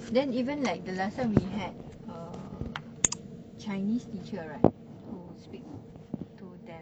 then even like the last time we had uh chinese teacher right who speak to them